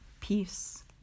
peace